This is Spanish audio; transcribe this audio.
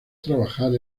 trabajar